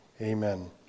Amen